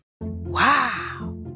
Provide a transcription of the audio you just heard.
Wow